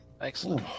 Excellent